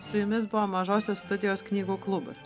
su jumis buvo mažosios studijos knygų klubas